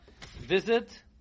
visit